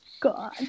god